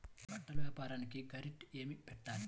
బట్టల వ్యాపారానికి షూరిటీ ఏమి పెట్టాలి?